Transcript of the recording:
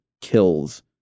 kills